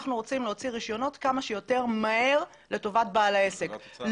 אנחנו רוצים להוציא רישיונות כמה שיותר מהר לטובת בעל העסק.